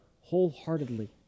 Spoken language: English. wholeheartedly